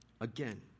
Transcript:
Again